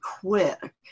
quick